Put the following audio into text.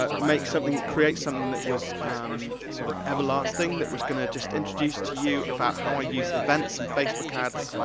ah make something, create something that was sort of everlasting, that was gonna just introduce to you about how i use events and facebook ads